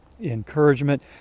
encouragement